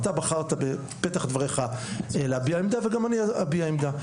אתה בחרת בפתח דבריך להביע עמדה וגם אני אביע עמדה,